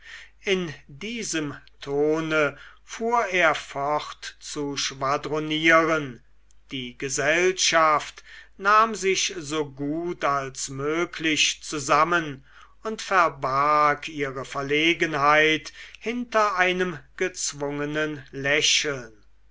in diesem tone fuhr er fort zu schwadronieren die gesellschaft nahm sich so gut als möglich zusammen und verbarg ihre verlegenheit hinter einem gezwungenen lächeln